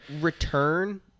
return